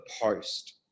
post